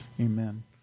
Amen